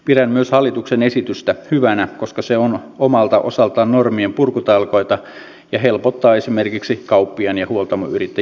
pidän myös hallituksen esitystä hyvänä koska se on omalta osaltaan normienpurkutalkoita ja helpottaa esimerkiksi kauppiaan ja huoltamoyrittäjän työtä